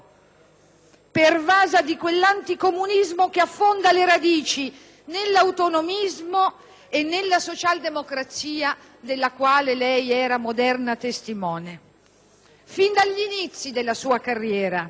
pervasa di quell'anticomunismo che affonda le radici nell'autonomismo e nella socialdemocrazia, della quale lei era moderna testimone fin dagli inizi della sua carriera,